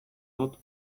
dut